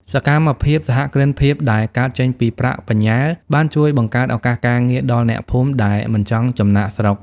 សកម្មភាពសហគ្រិនភាពដែលកើតចេញពីប្រាក់បញ្ញើ បានជួយបង្កើតឱកាសការងារដល់អ្នកភូមិដែលមិនចង់ចំណាកស្រុក។